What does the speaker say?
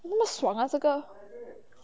那么爽啊这个